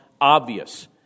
obvious